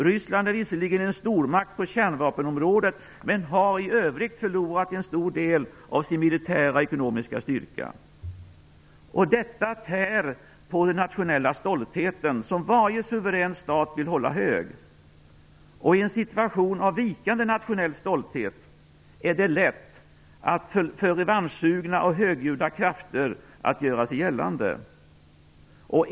Ryssland är visserligen en stormakt på kärnvapenområdet, men har i övrigt förlorat en stor del av sin militära och ekonomiska styrka. Detta tär på den nationella stolthet som varje suverän stat vill hålla högt. I en situation av vikande nationell stolthet är det lätt för revanschsugna och högljudda att göra sig gällande.